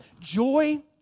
joy